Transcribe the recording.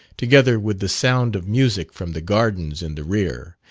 together with the sound of music from the gardens in the rear,